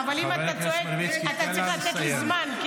אני נתתי לך דוגמה.